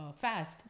fast